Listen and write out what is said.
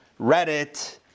Reddit